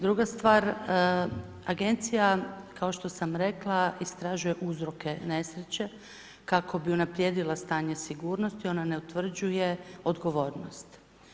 Druga stvar, agencija kao što sam i rekla, istražuje uzroke nesreće kako bi unaprijedila stanje sigurnosti, ona ne utvrđuje odgovornost.